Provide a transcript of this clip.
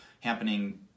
happening